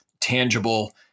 tangible